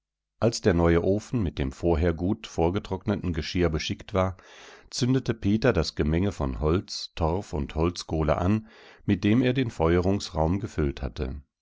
als der neue ofen mit dem vorher gut vorgetrockneten geschirr beschickt war zündete peter das gemenge von holz torf und holzkohle an mit dem er den feuerungsraum gefüllt hatte